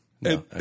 no